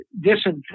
disinfect